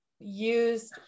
use